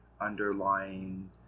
underlying